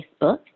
Facebook